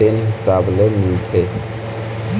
तेने हिसाब ले मिलथे